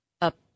up